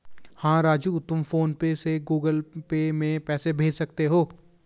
हां राजू तुम PhonePe से गुगल पे में पैसे भेज सकते हैं